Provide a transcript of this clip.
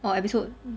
or episode